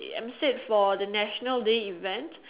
ya emceed for the national day event